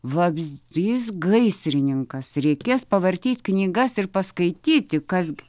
vabzdys gaisrininkas reikės pavartyt knygas ir paskaityti kas gi